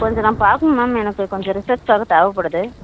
கொஞ்சம் நான் பார்க்கணும் மேம் எனக்கு கொஞ்சம் ரிசர்ச்காக தேவைப்படுது